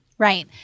Right